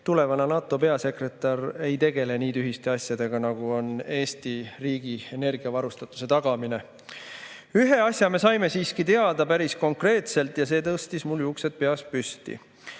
tulevane NATO peasekretär ei tegele nii tühiste asjadega, nagu on Eesti riigi energiavarustuse tagamine. Ühe asja saime aga teada päris konkreetselt ja see tõstis mul juuksed peas püsti.